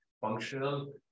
functional